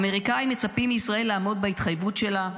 האמריקנים מצפים מישראל לעמוד בהתחייבות שלה,